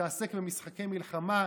להתעסק במשחקי מלחמה,